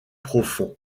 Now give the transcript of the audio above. profond